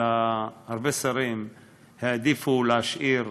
אלא הרבה שרים העדיפו להשאיר